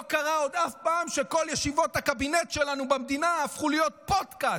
עוד לא קרה אף פעם שכל ישיבות הקבינט שלנו במדינה הפכו להיות פודקאסט,